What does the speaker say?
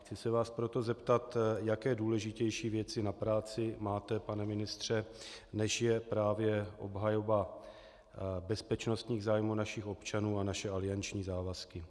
Chci se vás proto zeptat, jaké důležitější věci na práci máte, pane ministře, než je právě obhajoba bezpečnostních zájmů našich občanů a naše alianční závazky.